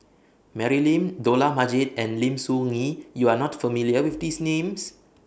Mary Lim Dollah Majid and Lim Soo Ngee YOU Are not familiar with These Names